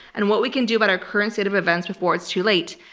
and what we can do about our current state of events before it's too late.